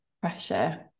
pressure